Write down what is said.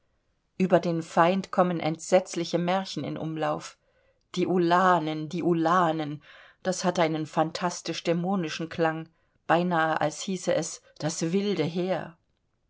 über den feind kommen entsetzliche märchen in umlauf die ulanen die ulanen das hat einen phantastisch dämonischen klang beinahe als hieße es das wilde heer